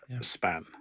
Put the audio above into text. span